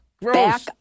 back